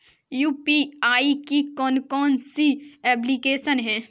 UPI की कौन कौन सी एप्लिकेशन हैं?